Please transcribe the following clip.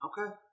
Okay